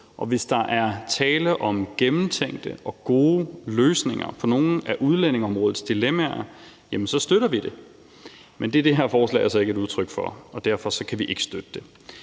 Og hvis der er tale om gennemtænkte og gode løsninger på nogle af udlændingeområdets dilemmaer, støtter vi det. Men det er det her forslag altså ikke et udtryk for, og derfor kan vi ikke støtte det.